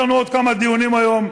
יש לנו עוד כמה דיונים היום,